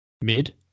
mid